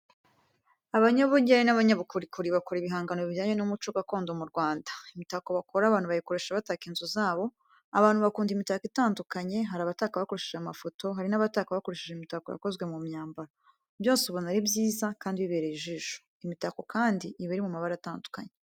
Abanyabugeni n'abanyabukorikori bakora ibihangano bijyanye n'umuco gakondo mu Rwanda; Imitako bakora abantu bayikoresha bataka inzu zabo. Abantu bakunda imitako itandukanye, hari abataka bakoresheje amafoto, hari nabataka bakoresheje imitako yakozwe mu myambaro, byose ubona ari byiza kandi bibereye ijisho. Imitako kandi iba iri mu mabara atandukanye.